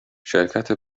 شرکت